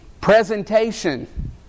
presentation